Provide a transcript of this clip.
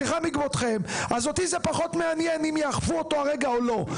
סליחה מכבודכם אותי זה פחות מעניין אם יאכפו אותו הרגע או לא.